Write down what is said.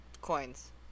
coins